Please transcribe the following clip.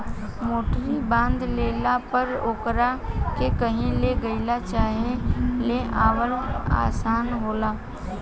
मोटरी बांध लेला पर ओकरा के कही ले गईल चाहे ले आवल आसान होला